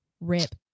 Rip